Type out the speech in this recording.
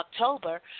October